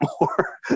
more